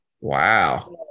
Wow